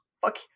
Fuck